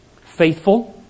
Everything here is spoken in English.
faithful